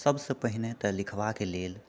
सबसँ पहिने तऽ लिखबाके लेल